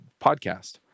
podcast